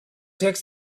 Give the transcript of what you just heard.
takes